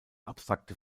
abstrakte